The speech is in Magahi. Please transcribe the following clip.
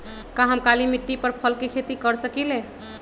का हम काली मिट्टी पर फल के खेती कर सकिले?